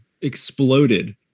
exploded